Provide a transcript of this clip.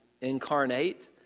incarnate